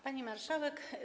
Panie Marszałek!